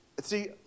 See